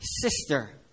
sister